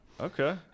Okay